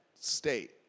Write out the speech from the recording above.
state